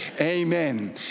Amen